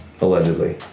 allegedly